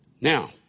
Now